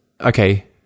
Okay